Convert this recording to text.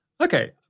Okay